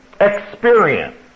experience